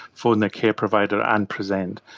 phone their care provider and present.